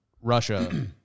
Russia